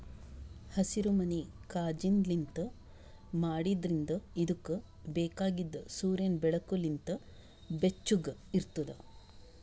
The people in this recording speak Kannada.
ಹಸಿರುಮನಿ ಕಾಜಿನ್ಲಿಂತ್ ಮಾಡಿದ್ರಿಂದ್ ಇದುಕ್ ಬೇಕಾಗಿದ್ ಸೂರ್ಯನ್ ಬೆಳಕು ಲಿಂತ್ ಬೆಚ್ಚುಗ್ ಇರ್ತುದ್